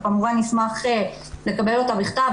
אנחנו כמובן נשמח לקבל אותה בכתב,